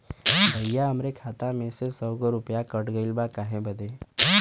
भईया हमरे खाता में से सौ गो रूपया कट गईल बा काहे बदे?